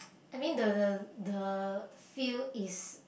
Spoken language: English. I mean the the the feel is